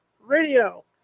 Radio